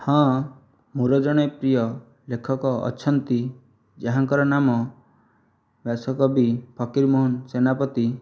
ହଁ ମୋର ଜଣେ ପ୍ରିୟ ଲେଖକ ଅଛନ୍ତି ଯାହାଙ୍କର ନାମ ବ୍ୟାସକବି ଫକିରମୋହନ ସେନାପତି